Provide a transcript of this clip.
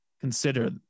consider